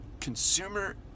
consumer